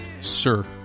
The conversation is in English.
Sir